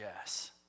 yes